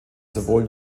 sowohl